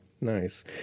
Nice